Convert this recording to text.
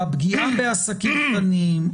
הפגיעה בעסקים קטנים,